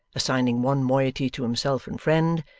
assigning one moiety to himself and friend,